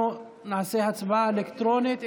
אנחנו נעשה הצבעה אלקטרונית,